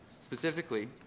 Specifically